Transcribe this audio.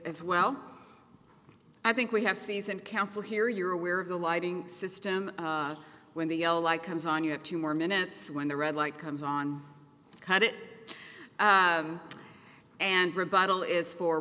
as well i think we have seasoned counsel here you're aware of the lighting system when the yellow light comes on you have two more minutes when the red light comes on cut it and rebuttal is for